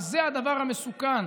וזה הדבר המסוכן.